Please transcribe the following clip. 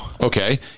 okay